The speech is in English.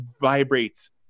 vibrates